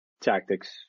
tactics